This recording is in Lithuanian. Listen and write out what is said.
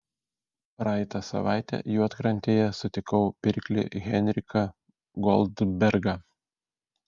praeitą savaitę juodkrantėje sutikau pirklį henriką goldbergą